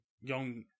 young